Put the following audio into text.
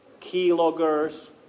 keyloggers